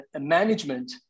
management